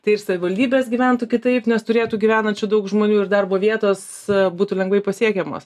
tai ir savivaldybės gyventų kitaip nes turėtų gyvenančių daug žmonių ir darbo vietos būtų lengvai pasiekiamos